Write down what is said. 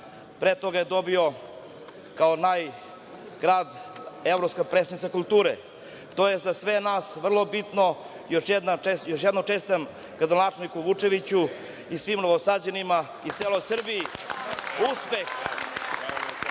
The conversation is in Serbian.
Pre toga je dobio kao naj grad evropska prestonica kulture. To je za sve nas vrlo bitno. Još jednom čestitam gradonačelniku Vučeviću i svim Novosađanima i celoj Srbiji uspeh.